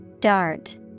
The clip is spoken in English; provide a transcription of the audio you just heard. Dart